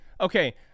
Okay